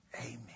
amen